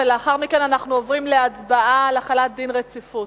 ולאחר מכן אנחנו עוברים להצבעה על החלת דין רציפות.